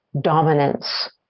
dominance